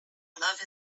love